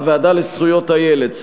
הוועדה לזכויות הילד, א.